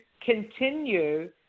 continue